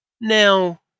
Now